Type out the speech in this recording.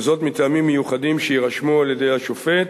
וזאת מטעמים מיוחדים שיירשמו על-ידי השופט,